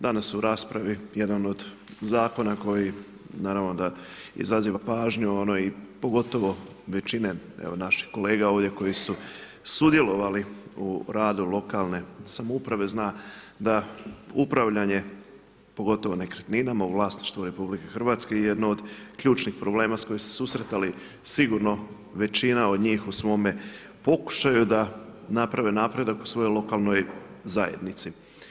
Danas u raspravi jedan od zakona koji naravno da izaziva pažnju i ono, pogotovo većine naših kolega ovdje, koji su sudjelovali u radu lokalne samouprave, zna da upravljanje, pogotovo nekretninama u vlasništvu RH je jedno od ključnih problema s kojim su se susretali sigurno većina od njih u svome pokušaju da naprave napredak u svojoj lokalnoj zajednici.